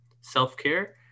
self-care